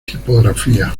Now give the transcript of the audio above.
tipografía